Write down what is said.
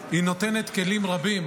היא נותנת כלים רבים,